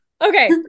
Okay